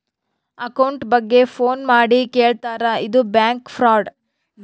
account ಬಗ್ಗೆ phone ಮಾಡಿ ಕೇಳ್ತಾರಾ ಇದು ಬ್ಯಾಂಕ್ ಫ್ರಾಡ್